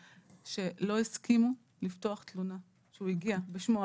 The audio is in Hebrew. שלא הסכימו לפתוח תלונה, כשהוא הגיע, בשמו.